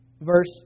verse